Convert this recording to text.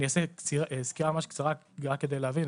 אני אעשה סקירה ממש קצרה רק כדי להבין.